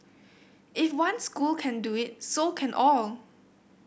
if one school can do it so can all